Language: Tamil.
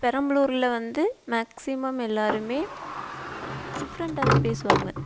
பெரம்பலூரில் வந்து மேக்சிமம் எல்லாரும் டிஃப்ரெண்ட்டாக தான் பேசுவாங்க